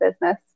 business